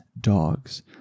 dogs